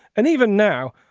and even now,